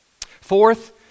Fourth